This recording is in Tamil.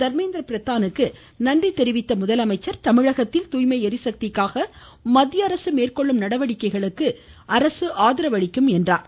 தர்மேந்திர பிரதானுக்கு நன்றி தெரிவித்துக்கொண்ட முதலமைச்சர் தமிழகத்தில் தூய்மை எரிசக்திக்காக மத்திய அரசு மேற்கொள்ளும் நடவடிக்கைகளுக்கு தமிழக அரசு ஆதரவளிக்கும் என்றார்